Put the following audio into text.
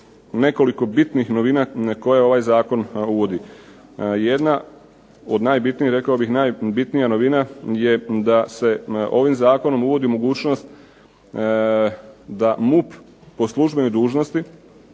nekoliko bitnih novina koje ovaj zakon uvodi. Jedna od najbitnijih, rekao bih najbitnija novina je da se ovim zakonom uvodi mogućnost da MUP po službenoj dužnosti